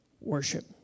worship